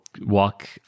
walk